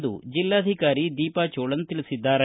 ಎಂದು ಜಿಲ್ಲಾಧಿಕಾರಿ ದೀಪಾ ಚೋಳನ್ ತಿಳಿಸಿದ್ದಾರೆ